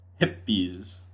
hippies